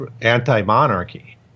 anti-monarchy